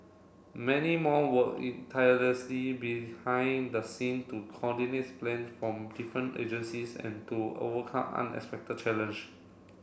many more worked tirelessly behind the scene to coordinate plans from different agencies and to overcome unexpected challenge